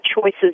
choices